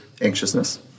anxiousness